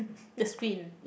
the screen